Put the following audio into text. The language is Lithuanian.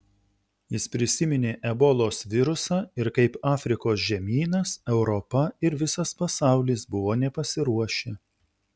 jis prisiminė ebolos virusą ir kaip afrikos žemynas europa ir visas pasaulis buvo nepasiruošę